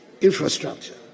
infrastructure